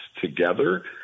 together